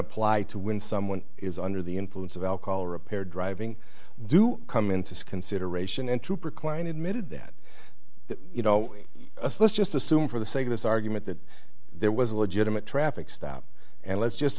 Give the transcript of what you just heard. apply to when someone is under the influence of alcohol or a pair driving do come into consideration and trooper klein admitted that you know let's just assume for the sake of this argument that there was a legitimate traffic stop and let's just